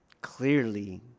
Clearly